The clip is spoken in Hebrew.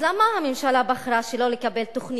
שאומרים תמיד: